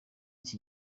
iki